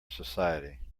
society